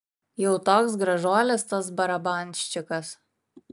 jau toks gražuolis tas barabanščikas